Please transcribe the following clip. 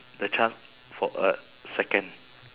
the chance for a second